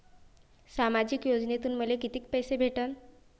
सामाजिक योजनेतून मले कितीक पैसे भेटन?